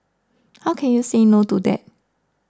how can you say no to that